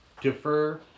defer